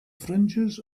fringes